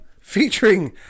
featuring